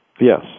Yes